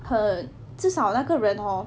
很至少那个人 hor